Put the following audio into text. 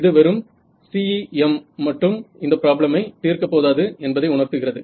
இது வெறும் CEM மட்டும் இந்த ப்ராப்ளமை தீர்க்க போதாது என்பதை உணர்த்துகிறது